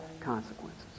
consequences